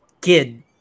kid